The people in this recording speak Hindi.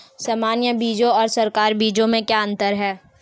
सामान्य बीजों और संकर बीजों में क्या अंतर है?